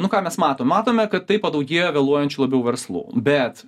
nu ką mes matom matome kad tai padaugėjo vėluojančių labiau verslų bet